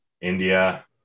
India